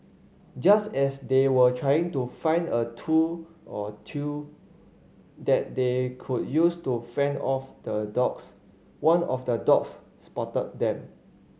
just as they were trying to find a tool or two that they could use to fend off the dogs one of the dogs spotted them